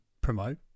promote